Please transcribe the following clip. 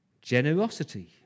Generosity